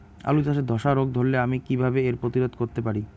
আলু চাষে ধসা রোগ ধরলে আমি কীভাবে এর প্রতিরোধ করতে পারি?